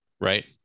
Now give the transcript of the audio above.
right